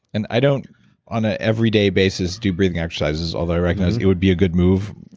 and i don't on ah everyday basis do breathing exercises, although i recognize it would be a good move.